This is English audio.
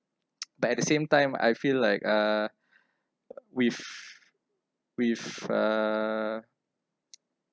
but at the same time I feel like uh with with uh